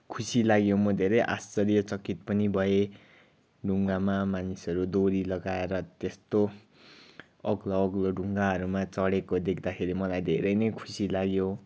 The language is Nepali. खुसी लाग्यो म धेरै आश्चर्यचकित पनि भएँ ढुङ्गामा मानिसहरू डोरी लगाएर त्यस्तो अग्लो अग्लो ढुङ्गाहरूमा चडेको देख्दाखेरि मलाई धेरै नै खुसी लाग्यो